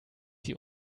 sie